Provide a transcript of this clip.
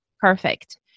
perfect